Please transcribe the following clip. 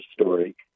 story